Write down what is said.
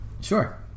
Sure